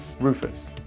Rufus